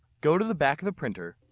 go to the back of the printer.